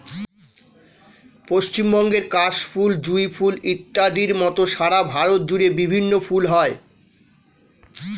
পশ্চিমবঙ্গের কাশ ফুল, জুঁই ফুল ইত্যাদির মত সারা ভারত জুড়ে বিভিন্ন ফুল হয়